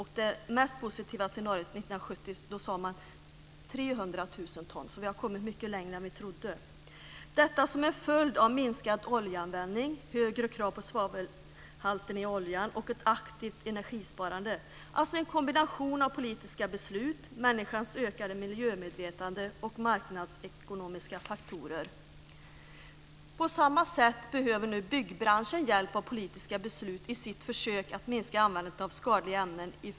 I det mest positiva scenariot 1970 sade man 300 000 ton, så vi har kommit mycket längre än vad vi trodde. Detta har vi gjort som en följd av minskad oljeanvändning, högre krav vad gäller svavelhalten i oljan och ett aktivt energisparande. Det är alltså en kombination av politiska beslut, människans ökade miljömedvetande och marknadsekonomiska faktorer. På samma sätt behöver nu byggbranschen hjälp av politiska beslut i sitt försök att minska användandet av skadliga ämnen.